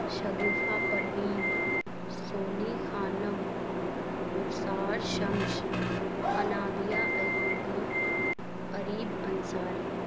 Shagufa Parveen Soni Khanum Rukhsar Shams Anabia Ayubi Areeb Ansari